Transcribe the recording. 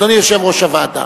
אדוני יושב-ראש הוועדה,